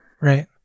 right